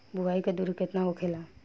बुआई के दूरी केतना होखेला?